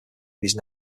these